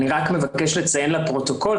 אני רק מבקש לציין לפרוטוקול,